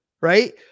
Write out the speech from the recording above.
Right